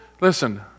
Listen